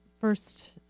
first